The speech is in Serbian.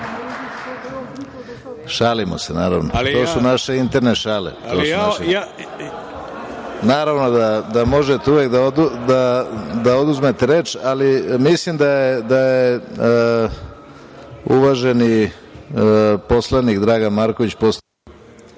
se naravno. Naše interne šale. Naravno da možete uvek da oduzmete reč, ali mislim da je uvaženi poslanik Dragan Marković … **Ivica